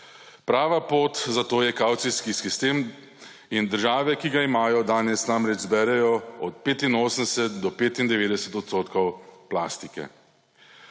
Prava pot za to je kavcijski sistem in države, ki ga imajo, danes namreč zberejo od 85 do 95 odstotkov plastike.